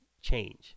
change